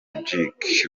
vujicic